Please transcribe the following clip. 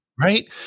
right